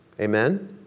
Amen